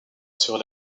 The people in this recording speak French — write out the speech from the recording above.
sur